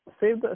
save